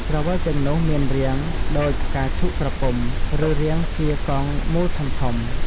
ក្រវិលទាំងនោះមានរាងដូចផ្កាឈូកក្រពុំ ឬរាងជាកងមូលធំៗ។